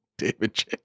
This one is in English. David